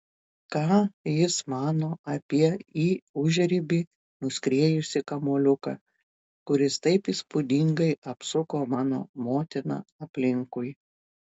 ką jis mano apie į užribį nuskriejusi kamuoliuką kuris taip įspūdingai apsuko mano motiną aplinkui